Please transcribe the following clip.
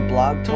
Blog